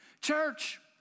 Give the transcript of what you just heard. Church